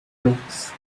blots